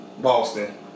Boston